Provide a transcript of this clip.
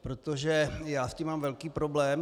Protože já s tím mám velký problém.